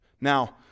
Now